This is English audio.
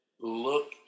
Look